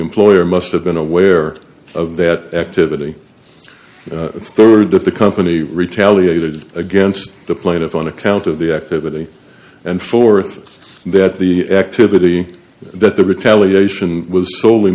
employer must have been aware of that activity rd if the company retaliated against the plaintiff on account of the activity and forth that the activity that the retaliation was